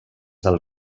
del